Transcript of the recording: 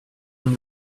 been